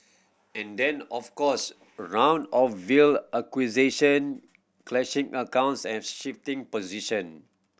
and then of course round of veiled accusation clashing accounts and shifting position